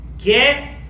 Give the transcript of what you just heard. Get